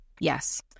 yes